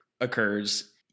occurs